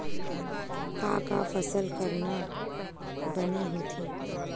का का फसल करना बने होथे?